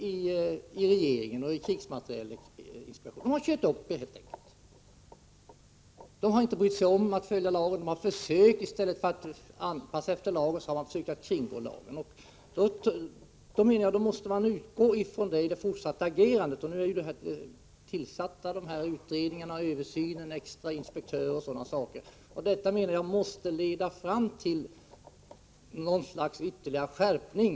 Dessa företag har helt enkelt kört upp er. De har inte brytt sig om att följa lagen, utan de har kringgått den. Då måste man utgå från det i det fortsatta agerandet. Det har nu tillsatts utredningar, en extra inspektör osv. Jag anser att detta måste leda fram till något slags ytterligare skärpning.